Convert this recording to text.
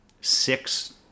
six